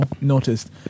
noticed